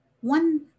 one